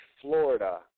Florida